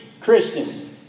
Christian